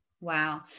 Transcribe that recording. Wow